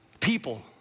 People